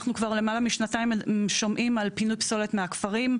אנחנו למעלה משנתיים שומעים על פינוי פסולת מהכפרים,